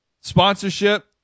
sponsorship